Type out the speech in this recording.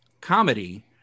comedy